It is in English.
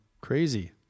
crazy